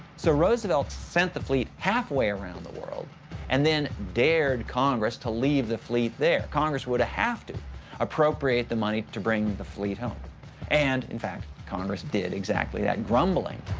so roosevelt sent the fleet half way around the world and then dared congress to leave the fleet there. congress would have to appropriate the money to bring the fleet home and, in fact, congress did exactly that, grumbling,